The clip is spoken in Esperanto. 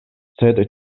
sed